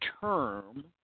term